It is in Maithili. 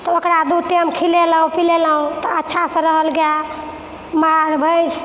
तऽ ओकरा दू टाइम खिलेलौँ पिलेलौँ अच्छासँ रहल गाइ माल भैँस